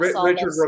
Richard